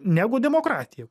negu demokratija